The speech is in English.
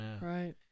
Right